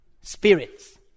spirits